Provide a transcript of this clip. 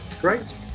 great